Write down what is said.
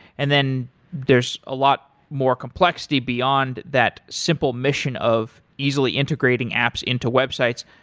and then there's a lot more complexity beyond that simple mission of easily integrating apps into websites,